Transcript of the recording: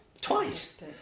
twice